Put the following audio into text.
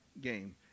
game